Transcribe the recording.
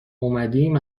اومدیم